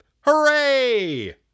Hooray